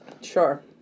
Sure